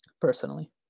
personally